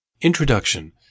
Introduction